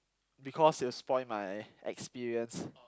because it will spoil my experience